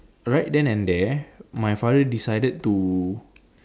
right then and there my father decided to